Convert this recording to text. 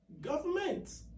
government